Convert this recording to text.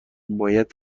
باید